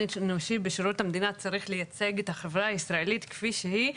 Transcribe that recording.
האנושי בשירות המדינה צריך לייצג את החברה הישראלית כפי שהיא,